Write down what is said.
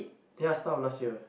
ya start of last year